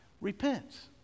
repents